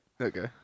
Okay